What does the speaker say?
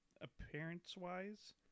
appearance-wise